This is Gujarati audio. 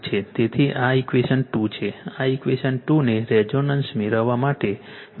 તેથી આ ઇક્વેશન 2 છે આ ઇક્વેશન 2 ને રેઝોનન્સ મેળવવા માટે વેરિયેબલ બનાવી શકાય છે